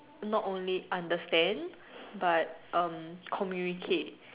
not only understand but um communicate